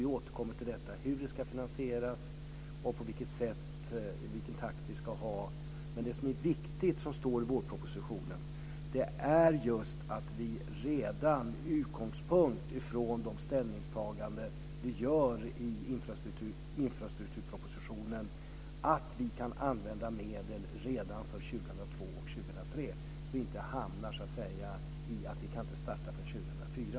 Vi återkommer till finansiering och takt. Det viktiga i vårpropositionen är att vi tar som utgångspunkt inför infrastrukturpropositionen att vi kan använda medel redan för 2002 och 2003, så att vi inte hamnar i att vi inte kan starta förrän 2004.